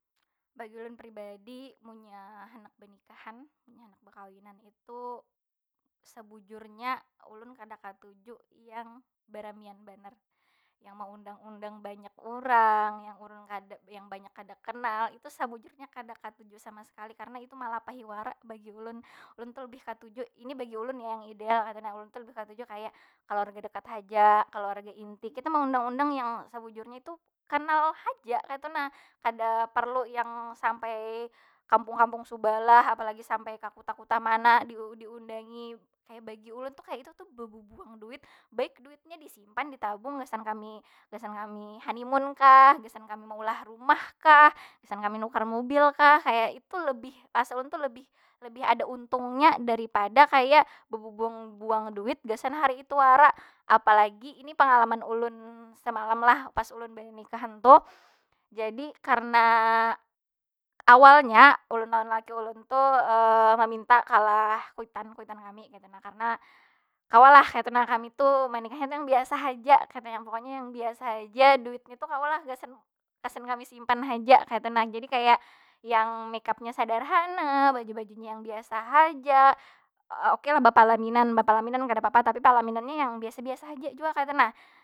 Bagi ulun pribadi, munnya handak benikahan. Munnya handak bekawinan itu, sebujurnya ulun kada katuju yang baramian banar. Yang meundang- undang banyak urang, yang urang kada, yang banyak kada kenal. Itu sabujurnya kada katuju sama sakali. Karena itu malapahi wara bagi ulun. Ulun tu labih katuju, ini bagi ulun ni ya yang ideal kaytu nah. Ulun tu labih katuju kaya kaluarga dekat haja, kaluarga inti. Kita mangundang- undang yang sabujurnya tu kanal haja kaytu nah. Kada parlu yang sampai kampung- kampung subalah, apa lagi sampai ka kuta- kuta mana diundangi. Kaya bagi ulun tu kaytu tu babubuang duit. Baik duitnya disimpan, ditabung, gasan kami gasan kami honey moon kah, gasan kami maulah rumah kah, gasan kami nukar mobil kah? Kaya itu lebih, asa ulun tu lebih- lebih ada untungnya daripada kaya bebebuang- buang duit gasanhari itu wara. Apa lagi ini pangalaman ulun semalam lah, pas ulun banikahan tuh. Jadi karena, awalnya ulun lawan laki ulun tu maminta kalah kuitan- kuitan kami kaytu nah. Karena kawa lah kami tu mendinghan yang biasa haja kaytu. Yang pokonya yang biasa haja, duitnya tu kawa lah gasan- gasan kami simpan haja, kaytu nah. Jadi kaya, yang make upnya sadarhana, baju- bajunya yang biasa haja, oke lah bapalaminan. Bapalaminan kadapapa tapi palaminannya yang biasa- biasa haja jua kaytu nah.